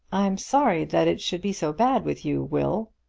i'm sorry that it should be so bad with you, will.